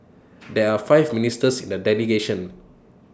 there are five ministers in the delegation